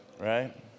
right